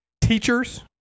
teachers